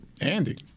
Andy